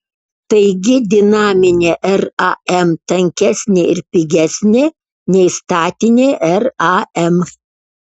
taigi dinaminė ram tankesnė ir pigesnė nei statinė ram